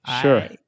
sure